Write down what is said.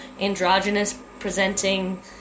androgynous-presenting